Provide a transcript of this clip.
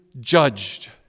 judged